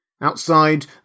Outside